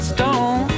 Stone